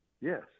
yes